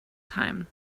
time